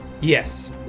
Yes